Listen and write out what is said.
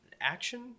action